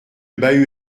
bahut